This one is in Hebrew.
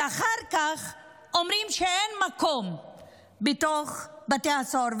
ואחר כך אומרים שאין מקום בתוך בתי הסוהר.